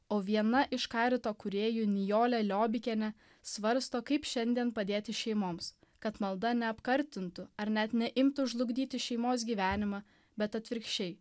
o viena iš karito kūrėjų nijolė liobikienė svarsto kaip šiandien padėti šeimoms kad malda neapkartintų ar net neimtų žlugdyti šeimos gyvenimą bet atvirkščiai